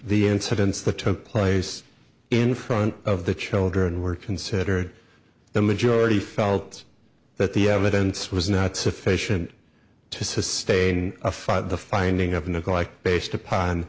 the incidents that took place in front of the children were considered the majority felt that the evidence was not sufficient to sustain a fight the finding of neglect based upon